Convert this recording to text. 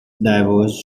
diverse